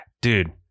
dude